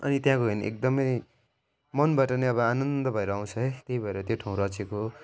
अनि त्यहाँ गयो भने एकदमै मनबाट नै अब आनन्द भएर आउँछ है त्यहीँ भएर त्यो ठाउँ रचेको हो